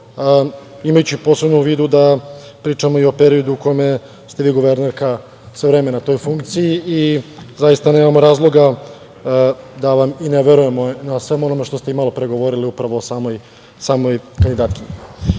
imajući posebno u vidu da pričamo i o periodu u kome ste vi, guvernerka, sve vreme na toj funkciji i zaista nemamo razloga da vam i ne verujemo na svemu onome što ste i malopre govorili upravo o samoj kandidatkinji. Osnovni